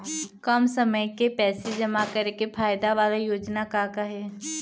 कम समय के पैसे जमा करे के फायदा वाला योजना का का हे?